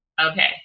Okay